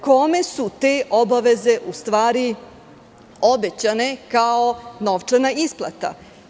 Kome su te obaveze u stvari obećane kao novčana isplata?